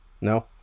No